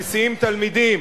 שמסיעים תלמידים.